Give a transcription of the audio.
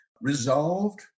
resolved